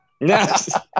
yes